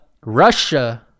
russia